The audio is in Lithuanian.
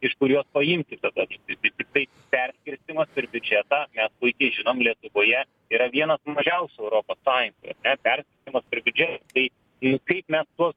iš kur juos paimti tada vis vis tiktai perskirstymas per biudžetą mes puikiai žinom lietuvoje yra vienas mažiausių europoje sąjungoje ar ne perskirstymas per biudžetą tai nu kaip mes tuos